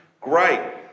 great